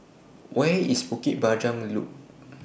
Where IS Bukit Panjang Loop